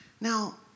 Now